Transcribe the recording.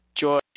joy